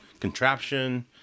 contraption